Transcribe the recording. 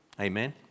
Amen